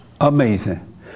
Amazing